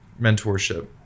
mentorship